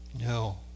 No